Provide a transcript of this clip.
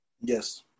Yes